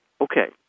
Okay